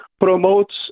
promotes